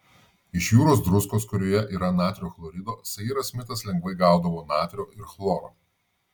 iš jūros druskos kurioje yra natrio chlorido sairas smitas lengvai gaudavo natrio ir chloro